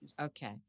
Okay